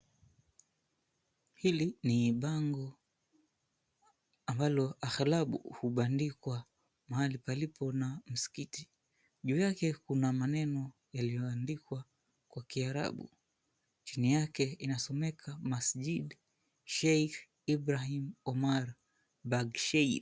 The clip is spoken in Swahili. Hili ni bango ambalo aghalabu hubandikwa mahali palipo na msikiti. Juu yake kuna maneno yaliyoandikwa kwa Kiarabu. Chini yake inasomeka Masjid Sheikh Ibrahim Omar Bagsheid.